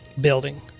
Building